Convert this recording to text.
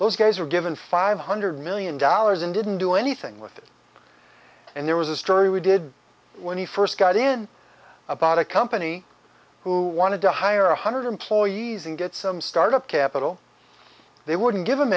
those guys were given five hundred million dollars and didn't do anything with it and there was a story we did when he first got in about a company who wanted to hire one hundred employees and get some startup capital they wouldn't give